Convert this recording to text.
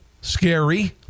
Scary